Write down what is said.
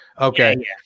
Okay